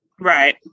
Right